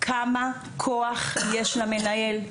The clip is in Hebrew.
כמה כוח יש למנהל?